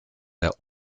der